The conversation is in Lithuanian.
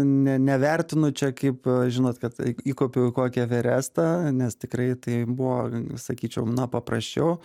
ne nevertinu čia kaip žinot kad įkopiau į kokį everestą nes tikrai tai buvo sakyčiau na paprasčiau